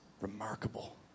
remarkable